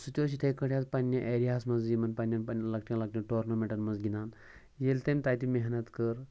سُہ تہِ اوس یِتھٕے کٲٹھۍ حظ پَننہِ ایریاہَس منٛز یِمَن پَننٮ۪ن پَننٮ۪ن لَکٹٮ۪ن لَکٹٮ۪ن ٹورنَمنٹَن منٛز گِنٛدان ییٚلہِ تٔمۍ تَتہِ محنت کٔر